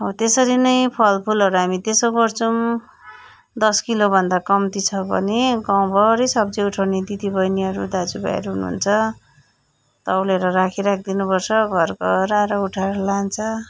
हो त्यसरी नै हामी फलफुलहरू हामी त्यसो गर्छौँ दस किलोभन्दा कम्ती छ भने गाउँभरि सब्जी उठाउने दिदीबहिनीहरू दाजुभाइहरू हुनुहुन्छ तौलेर राखि राखिदिनु पर्छ घरकोहरू आएर उठाएर लान्छ